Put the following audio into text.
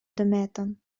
dometon